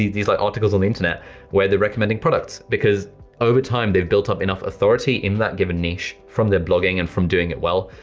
these these like articles on the internet where they're recommending products because over time they've built up enough authority in that given niche from their blogging and from doing it well,